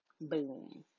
Boom